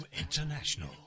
International